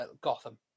Gotham